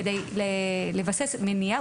כדי לבסס מניע,